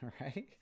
right